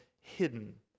hidden